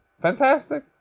Fantastic